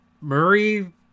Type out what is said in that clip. Murray